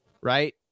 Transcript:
right